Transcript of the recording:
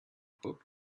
book